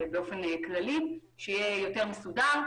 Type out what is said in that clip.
שיהיה יותר מסודר.